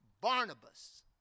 Barnabas